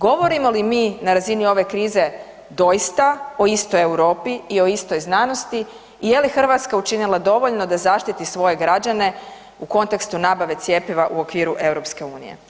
Govorimo li mi na razini ove krize doista o istoj Europi i o istoj znanosti i je li Hrvatska učinila dovoljno da zaštiti svoje građane u kontekstu nabave cjepiva u okviru EU?